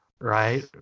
right